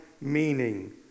meaning